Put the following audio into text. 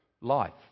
life